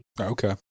Okay